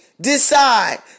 decide